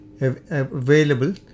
available